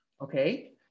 Okay